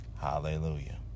Hallelujah